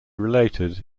related